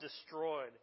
destroyed